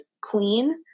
Queen